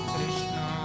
Krishna